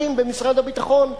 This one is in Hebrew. לנכסים במשרד הביטחון.